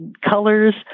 colors